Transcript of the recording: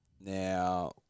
Now